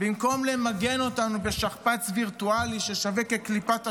במקום למגן אותנו בשכפ"ץ וירטואלי ששווה כקליפת השום,